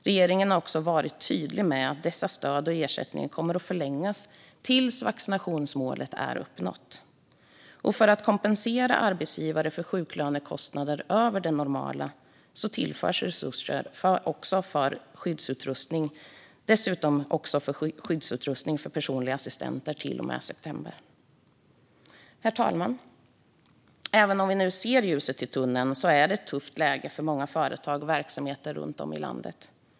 Regeringen har också varit tydlig med att dessa stöd och ersättningar kommer att förlängas tills vaccinationsmålet är uppnått. För att kompensera arbetsgivare för sjuklönekostnader över det normala tillförs resurser, liksom resurser för skyddsutrustning för personliga assistenter, till och med september. Herr talman! Även om vi nu ser ljuset i tunneln är det ett tufft läge för många företag och verksamheter runt om i landet.